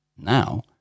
Now